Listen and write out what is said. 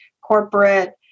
corporate